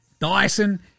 Dyson